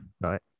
right